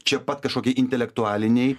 čia pat kažkokie intelektualiniai